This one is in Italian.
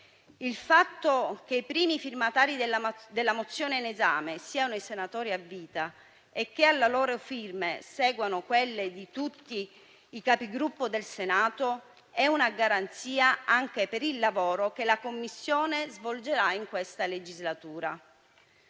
Il fatto che i primi firmatari della mozione in esame siano i senatori a vita e che alla loro firme seguano quelle di tutti i Capigruppo del Senato è una garanzia, anche per il lavoro che la Commissione svolgerà in questa legislatura.